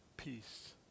peace